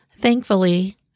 Thankfully